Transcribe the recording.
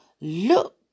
look